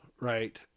right